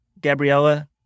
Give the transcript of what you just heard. Gabriella